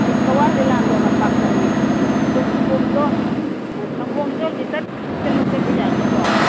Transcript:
ꯑꯩ ꯀꯋꯥ ꯂꯤꯂꯥꯟꯗꯣ ꯂꯝꯄꯥꯛꯇꯅꯦ ꯑꯗꯣ ꯁꯪꯒꯣꯝꯗꯣ ꯁꯪꯒꯣꯝꯗꯣ ꯂꯤꯇꯔ ꯀꯨꯟ ꯃꯨꯛꯇ ꯂꯧꯖꯒꯦ ꯌꯥꯒꯗ꯭ꯔꯣ